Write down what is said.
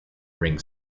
ring